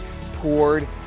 poured